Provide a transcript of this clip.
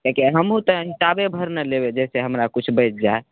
किएक कि हमहुँ तऽ हिसाबे भरि ने लेबै जै सँ हमरा किछु बचि जाइ